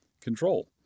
control